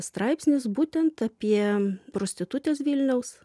straipsnis būtent apie prostitutes vilniaus